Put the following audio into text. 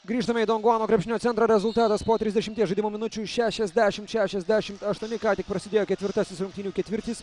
grįžtame į donguano krepšinio centrą rezultatas po trisdešimies žaidimo minučių šešiasdešim šešiasdešim aštuoni ką tik prasidėjo ketvirtasis rungtynių ketvirtis